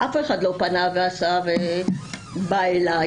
אף אחד לא פנה ובא אליי.